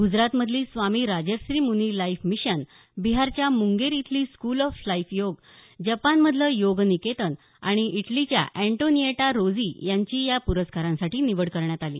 गुजरातमधली Swami Rajarshi Muni life mission बिहारच्या मुंगेर इथली school of Yoga जपानमधलं योग निकेतन आणि इटलीच्या अँटोनिएटा रोझी यांची या प्रस्कारांसाठी निवड करण्यात आली